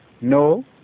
no